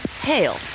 hail